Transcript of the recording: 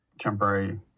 temporary